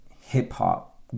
hip-hop